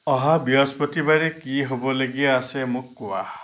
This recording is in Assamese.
অহা বৃহস্পতিবাৰে কি হ'বলগীয়া আছে মোক কোৱা